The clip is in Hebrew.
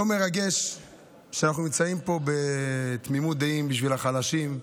יום מרגש שאנחנו נמצאים פה בתמימות דעים בשביל החלשים,